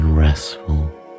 restful